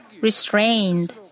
restrained